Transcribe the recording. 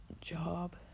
job